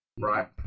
right